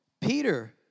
Peter